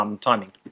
timing